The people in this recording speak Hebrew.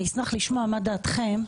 אני אשמח לשמוע מה דעתכם.